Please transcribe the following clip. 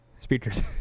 Speakers